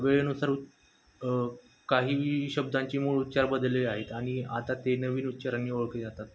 वेळेनुसार उ काही शब्दांची मूळ उच्चार बदलले आहेत आणि आता ते नवीन उच्चारांंने ओळखले जातात